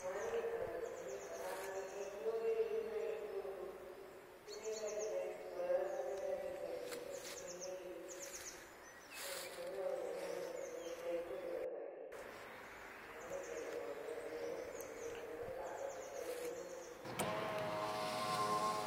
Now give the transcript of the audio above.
Maáni ka ka ni ja'anuí jin lulií jinaí, tuú tu ni ka jikaí escuelá, tu ni ka jikaí tu jinií español, te mani mixtecu ni ka ka'án'í ñua ni kento tradicion conte vina ja ka ka'anga mixtecu jina'á.